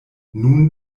nun